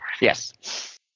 Yes